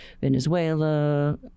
Venezuela